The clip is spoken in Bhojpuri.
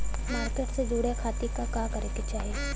मार्केट से जुड़े खाती का करे के चाही?